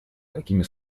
какими